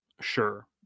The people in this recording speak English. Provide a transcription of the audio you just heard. Sure